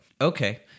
okay